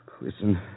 Listen